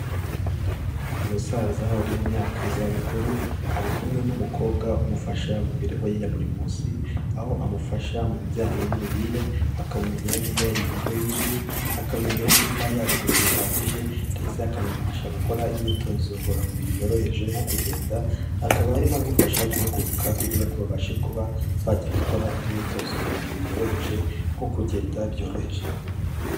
Umusaza uri mu myaka y'izabukuru ari kumwe n'umukobwa umufasha mu mibereho ye ya buri munsi, aho amufasha mu bijyanye n'imirire, akamumenyera nimba yariye indyo yuzuye, akamumenyera nimba yaruhutse bihagije, ndetse akanamufasha gukora imyitozo ngororamubiri yoroheje nko kugenda, akaba arimo anamufasha guhaguruka kugira babashe kuba bajya gukora imyitozo ngororamubiri yoroheje, nko kugenda byoroheje.